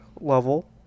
level